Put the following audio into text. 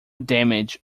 damage